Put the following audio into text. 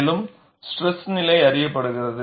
மேலும் ஸ்ட்ரெஸ் நிலை அறியப்படுகிறது